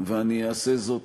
ואני אעשה זאת